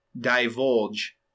divulge